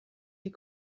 die